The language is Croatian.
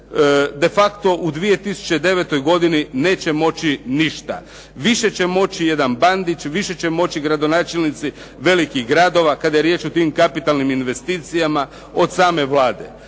de facto u 2009. godini neće moći ništa. Više će moći jedan Bandić, više će moći gradonačelnici velikih gradova kada je riječ o tim kapitalnim investicijama od same Vlade.